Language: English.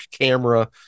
camera